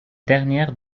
dernière